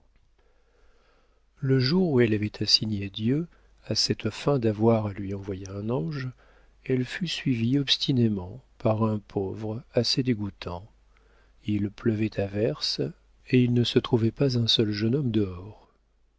le jour où elle avait assigné dieu à cette fin d'avoir à lui envoyer un ange elle fut suivie obstinément par un pauvre assez dégoûtant il pleuvait à verse et il ne se trouvait pas un seul jeune homme dehors